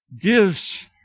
gives